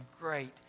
great